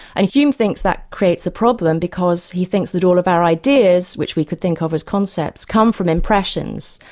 and hume thinks that creates a problem because he thinks that all of our ideas, which we could think of as concepts, come from impressions.